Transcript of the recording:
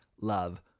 love